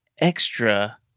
Extra